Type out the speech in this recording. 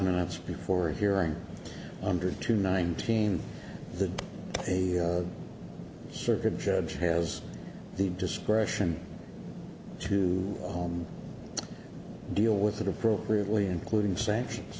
minutes before a hearing under two nineteen the circuit judge has the discretion to home deal with it appropriately including sanctions